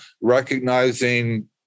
recognizing